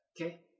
Okay